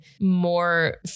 more